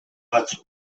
batzuk